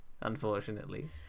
Unfortunately